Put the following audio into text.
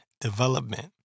development